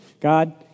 God